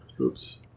Oops